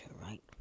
right